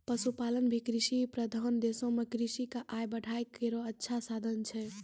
पशुपालन भी कृषि प्रधान देशो म किसान क आय बढ़ाय केरो अच्छा साधन छै